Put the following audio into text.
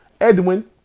Edwin